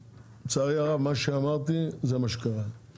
לצערי הרב, מה שאמרתי, זה מה שקרה.